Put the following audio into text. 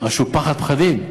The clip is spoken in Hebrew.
משהו פחד פחדים,